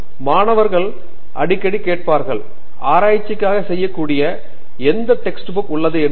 பானிகுமார் ஆமாம் மாணவர்கள் அடிக்கடி கேட்ப்பார்கள் ஆராய்ச்சிக்காக செய்யக்கூடிய எந்த டெஸ்ட் புக் உள்ளது என்று